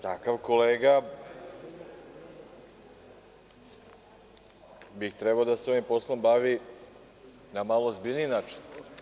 Takav kolega bi trebalo da se ovim poslom bavi na malo ozbiljniji način.